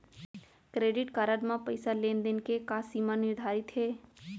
Credit card म पइसा लेन देन के का सीमा निर्धारित हे?